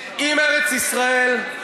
עם ארץ-ישראל,